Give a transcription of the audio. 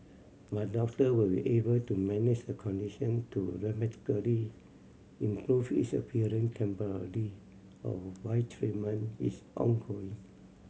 but doctor will be able to manage the condition to dramatically improve its appearance temporarily or while treatment is ongoing